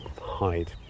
hide